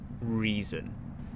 reason